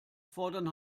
fordern